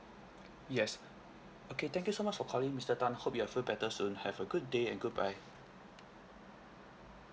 yes okay thank you so much for calling mister tan hope you will feel better soon have a good day and goodbye